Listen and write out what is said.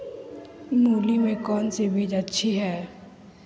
मूली में कौन सी बीज अच्छी है?